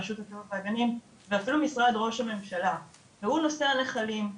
רשות הטבע והגנים ואפילו משרד ראש הממשלה והוא נושא הנחלים.